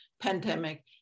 pandemic